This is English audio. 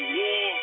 war